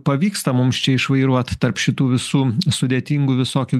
pavyksta mums čia išvairuoti tarp šitų visų sudėtingų visokių